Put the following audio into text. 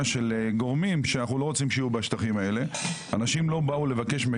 של גורמים שאנחנו לא רוצים שיהיו בשטחים האלה.